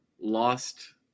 lost